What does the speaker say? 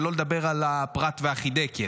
ולא לדבר על הפרת והחידקל?